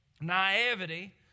naivety